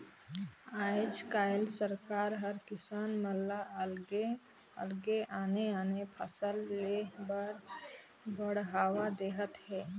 आयज कायल सरकार हर किसान मन ल अलगे अलगे आने आने फसल लेह बर बड़हावा देहत हे